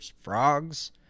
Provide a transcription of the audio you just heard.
frogs